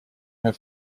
her